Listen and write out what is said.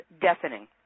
deafening